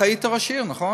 אתה היית ראש עיר, נכון?